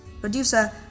Producer